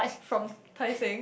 from Tai-Seng